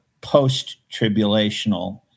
post-tribulational